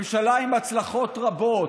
ממשלה עם הצלחות רבות,